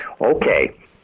Okay